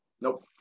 Nope